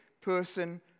person